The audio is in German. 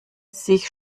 sich